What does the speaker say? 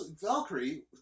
Valkyrie